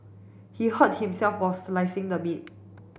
he hurt himself while slicing the meat